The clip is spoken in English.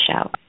show